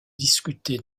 discutées